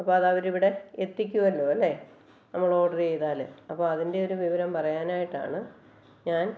അപ്പോൾ അതവരിവടെ എത്തിക്കുമല്ലൊ അല്ലേ നമ്മള് ഓർഡർ ചെയ്താല് അപ്പോൾ അതിൻ്റെ ഒരു വിവരം പറയനായിട്ടാണ് ഞാൻ